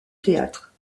théâtre